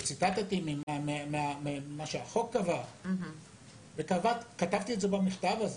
ציטטתי ממה שהחוק קבע וכתבתי את זה במכתב הזה: